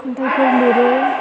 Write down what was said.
खन्थाइफोर लिरो